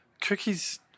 cookies